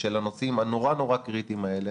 של הנושאים הנורא נורא קריטיים האלה